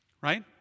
right